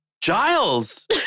Giles